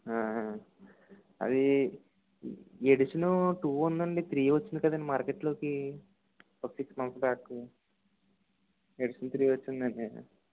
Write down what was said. అది edition two ఉందండి నుండి త్రీ వచ్చింది కదండి మార్కెట్లోకి ఒక సిక్స్ మంత్స్ బ్యాక్కు ఎడిషన్ త్రీ వచ్చిందండి